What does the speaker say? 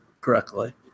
correctly